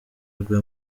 rwe